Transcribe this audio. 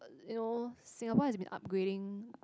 you know Singapore has been upgrading